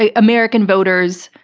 ah american voters,